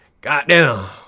goddamn